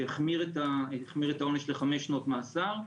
שהחמיר את העונש לחמש שנות מאסר,